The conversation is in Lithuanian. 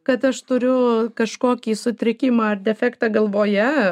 kad aš turiu kažkokį sutrikimą ar defektą galvoje